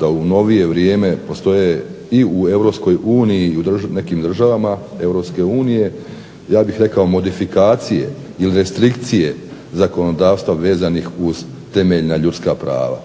da u novije vrijeme postoje i u EU i u nekim državama EU ja bih rekao modifikacije ili restrikcije zakonodavstva vezanih uz temeljna ljudska prava.